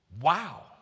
wow